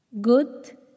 good